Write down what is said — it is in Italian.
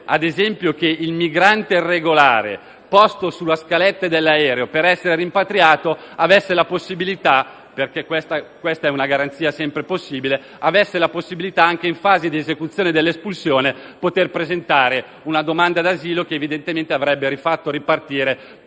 ad esempio, che il migrante irregolare, posto sulla scaletta dell'aereo per essere rimpatriato, avesse la possibilità (perché questa è una garanzia sempre possibile), anche in fase di esecuzione dell'espulsione di poter presentare una domanda d'asilo che avrebbe rifatto ripartire,